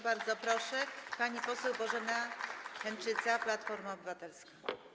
Bardzo proszę, pani poseł Bożena Henczyca, Platforma Obywatelska.